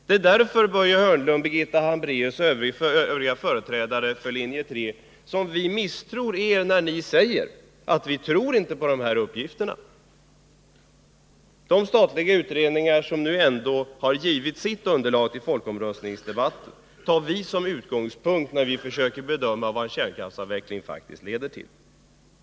Det är därför, Birgitta Hambraeus, Börje Hörnlund och övriga företrädare för linje 3, som vi misstror er när ni överintecknar dessa energikällor. De statliga utredningar som ändå givit ett underlag till folkomröstningsdebatten tar vi i linje 1 som utgångspunkt när vi försöker bedöma vad en kärnkraftsavveckling faktiskt leder till.